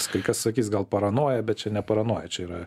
kai kas sakys gal paranoja bet čia ne paranoja čia yra